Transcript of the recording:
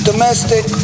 Domestic